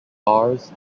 bars